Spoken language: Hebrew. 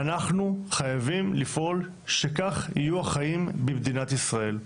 ואנחנו חייבים לפעול שכך יהיו החיים במדינת ישראל,